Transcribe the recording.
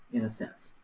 in a sense.